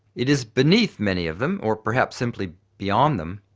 it is beneath many of them, or perhaps simply beyond them,